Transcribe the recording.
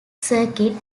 circuit